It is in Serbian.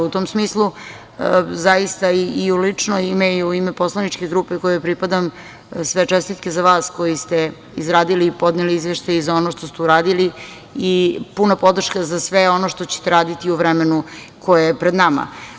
U tom smislu, i u lično ime i u ime poslaničke grupe kojoj pripadam, sve čestitke za vas koji ste izradili i podneli izveštaj i za ono što ste uradili i puna podrška za sve ono što ćete raditi u vremenu koje je pred nama.